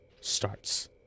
starts